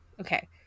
Okay